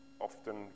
often